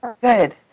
good